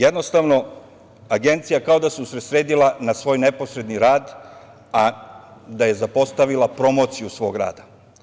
Jednostavno, Agencija kao da se usredsredila na svoj neposredni rad, a zapostavila je promociju svog rada.